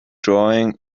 drawing